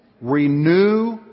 renew